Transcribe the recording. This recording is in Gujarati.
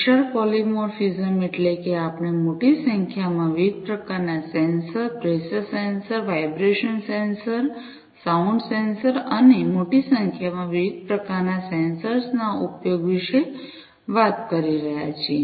વિશાળ પોલીમોર્ફિઝમ એટલે કે આપણે મોટી સંખ્યામાં વિવિધ પ્રકારના sensors pressure sensor vibration sensors sound sensors અને મોટી સંખ્યામાં વિવિધ પ્રકારના સેન્સર્સના ઉપયોગ વિશે વાત કરી રહ્યા છીએ